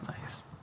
Nice